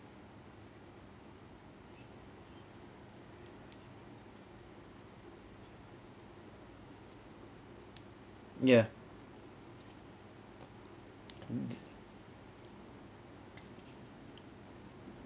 ya mm